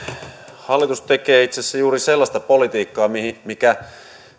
hallitus tekee itse asiassa juuri sellaista politiikkaa mikä